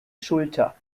schulter